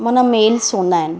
माना मेल्स हूंदा आहिनि